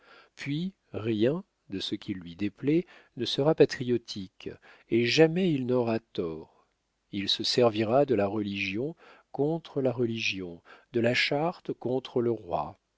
puis rien de ce qui lui déplaît ne sera patriotique et jamais il n'aura tort il se servira de la religion contre la religion de la charte contre le roi